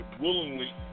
willingly